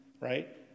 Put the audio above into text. right